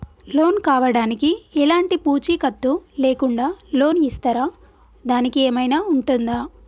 Loan కావడానికి ఎలాంటి పూచీకత్తు లేకుండా లోన్ ఇస్తారా దానికి ఏమైనా ఉంటుందా?